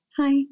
hi